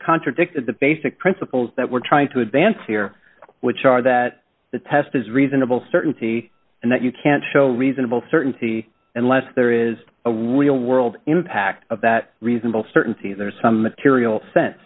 contradicted the basic principles that we're trying to advance here which are that the test is reasonable certainty and that you can't show reasonable certainty unless there is a real world impact of that reasonable certainty there's some material sense